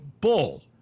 bull